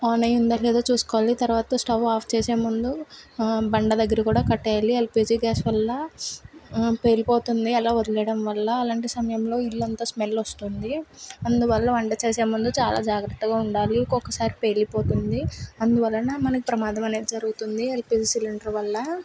on అయిందో లేదో చూసుకోవాలి తర్వాత స్టవ్ ఆఫ్ చేసే ముందు బండ దగ్గర కూడా కట్టేయాలి ఎల్పిజి గ్యాస్ వల్ల పేలిపోతుంది అలా వదిలేయడం వల్ల అలాంటి సమయంలో ఇల్లంతా స్మెల్ వస్తుంది అందువల్ల వంట చేసే ముందు చాలా జాగ్రత్తగా ఉండాలి ఒక్కొక్కసారి పేలిపోతుంది అందువలన మనకి ప్రమాదం అనేది జరుగుతుంది ఎల్పిజి సిలిండర్ వల్ల